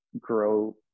grow